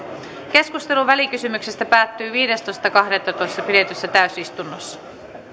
keskustelu välikysymyksestä päättyi viidestoista kahdettatoista kaksituhattakuusitoista pidetyssä täysistunnossa